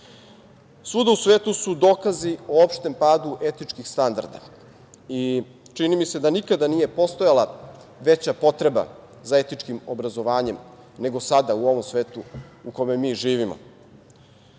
Svuda u svetu su dokazi o opštem padu etičkih standarda i čini mi se da nikada nije postojala veća potreba za etičkim obrazovanjem nego sada u ovom svetu u kome mi živimo. Mnogi